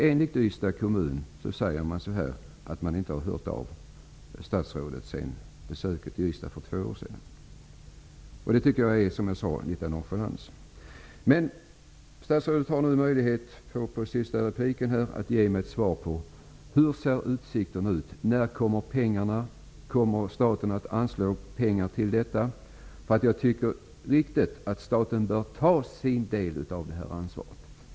Enligt Ystads kommun har man inte hört av statsrådet sedan besöket i Ystad för två år sedan. Det tycker jag är litet nonchalant, vilket jag sade tidigare. Statsrådet har nu en möjlighet i sitt sista inlägg att svara på hur utsikterna är. När kommer pengarna? Kommer staten att anslå pengar för detta ändamål? Jag tycker att det är viktigt att staten tar sin del av ansvaret.